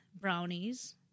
brownies